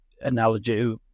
analogy